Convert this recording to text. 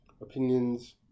opinions